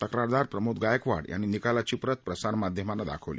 तक्रारदार प्रमोद गायकवाड यांनी निकालाची प्रत प्रसार माध्यमाना दाखवली